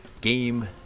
Game